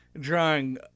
drawing